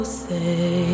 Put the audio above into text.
say